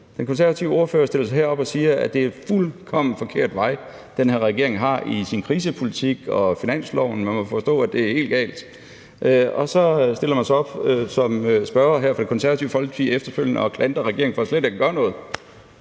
den konservative ordfører stiller sig herop og siger, at det er en fuldkommen forkert vej, den her regering har i sin krisepolitik, og man må forstå, at det er helt galt i finansloven. Og så stiller man sig efterfølgende op her som spørger fra Det Konservative Folkeparti og klandrer regeringen for slet ikke at gøre noget.